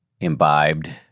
imbibed